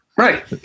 Right